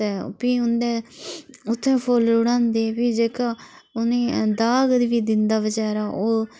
ते फ्ही उं'दे उत्थे फुल्ल रडांदे फ्ही जेह्का उ'नें दाग बी दिंदा बचारा ओह्